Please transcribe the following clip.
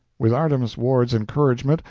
with artemus ward's encouragement,